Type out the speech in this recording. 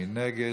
מי נגד?